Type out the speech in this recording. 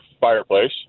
fireplace